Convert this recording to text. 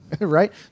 right